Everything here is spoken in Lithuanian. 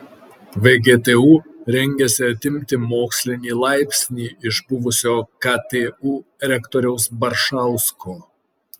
vgtu rengiasi atimti mokslinį laipsnį iš buvusio ktu rektoriaus baršausko